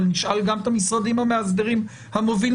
אבל נשאל גם את המשרדים המאסדרים המובילים,